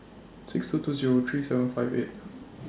six two two Zero three seven five eight